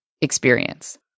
experience